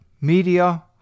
media